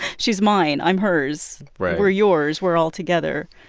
she's mine. i'm hers right we're yours. we're all together.